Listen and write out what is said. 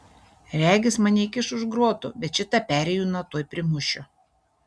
regis mane įkiš už grotų bet šitą perėjūną tuoj primušiu